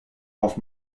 auf